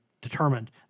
determined